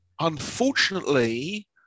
Unfortunately